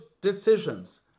decisions